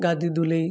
Gadi Dulai